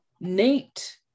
Nate